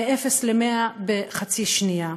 מאפס למאה בחצי שנייה.